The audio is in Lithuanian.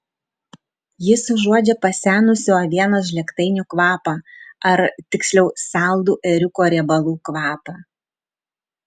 jis užuodžia pasenusių avienos žlėgtainių kvapą ar tiksliau saldų ėriuko riebalų kvapą